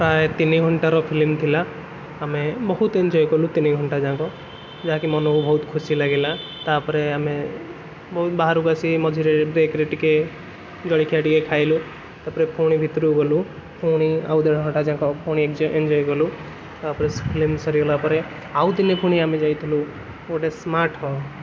ପ୍ରାୟେ ତିନିଘଣ୍ଟାର ଫିଲିମ ଥିଲା ଆମେ ବହୁତ ଏନ୍ଜୟ କଲୁ ତିନି ଘଣ୍ଟା ଯାକ ଯାହାକି ମନକୁ ବହୁତ ଖୁସି ଲାଗିଲା ତାପରେ ଆମେ ବାହାରକୁ ଆସି ମଝିରେ ବ୍ରେକ୍ ରେ ଟିକେ ଜଳଖିଆ ଟିକେ ଖାଇଲୁ ତାପରେ ପୁଣି ଭିତୁରୁକୁ ଗଲୁ ପୁଣି ଆଉ ଦେଢ଼ ଘଣ୍ଟା ଯାକ ପୁଣି ଏନ୍ଜୟ କଲୁ ତାପରେ ଫିଲିମ ସରିଗଲା ପରେ ଆଉ ଦିନେ ପୁଣି ଆମେ ଯାଇଥିଲୁ ଗୋଟେ ସ୍ମାଟ